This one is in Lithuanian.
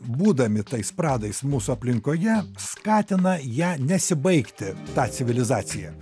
būdami tais pradais mūsų aplinkoje skatina ją nesibaigti tą civilizaciją